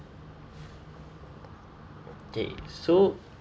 the so